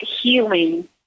healing